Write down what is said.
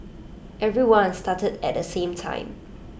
everyone started at the same time